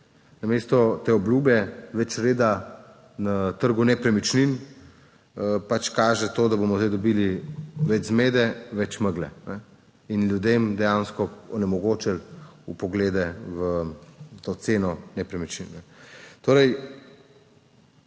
Namesto te obljube več reda na trgu nepremičnin kaže to, da bomo zdaj dobili več zmede, več megle in ljudem dejansko onemogočili vpoglede v to ceno nepremičnine.